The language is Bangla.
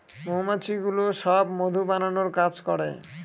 মৌমাছিগুলো সব মধু বানানোর কাজ করে